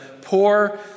poor